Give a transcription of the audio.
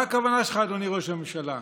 מה הכוונה שלך, אדוני ראש הממשלה?